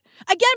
Again